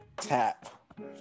tap